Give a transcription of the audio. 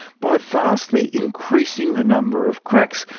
by vastly increasing the number of cracks,